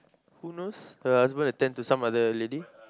who knows her husband attend to some other lady